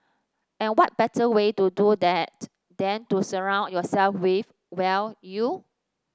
and what better way to do that than to surround yourself with well you